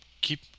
keep